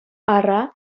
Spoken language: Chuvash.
ара